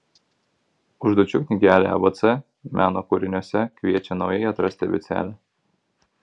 užduočių knygelė abc meno kūriniuose kviečia naujai atrasti abėcėlę